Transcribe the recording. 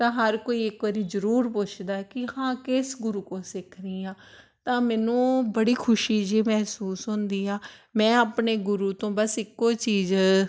ਤਾਂ ਹਰ ਕੋਈ ਇੱਕ ਵਾਰੀ ਜ਼ਰੂਰ ਪੁੱਛਦਾ ਕਿ ਹਾਂ ਕਿਸ ਗੁਰੂ ਕੋਲ ਸਿੱਖ ਰਹੀ ਹਾਂ ਤਾਂ ਮੈਨੂੰ ਬੜੀ ਖੁਸ਼ੀ ਜਿਹੀ ਮਹਿਸੂਸ ਹੁੰਦੀ ਆ ਮੈਂ ਆਪਣੇ ਗੁਰੂ ਤੋਂ ਬਸ ਇੱਕੋ ਚੀਜ਼